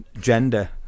gender